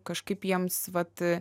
kažkaip jiems vat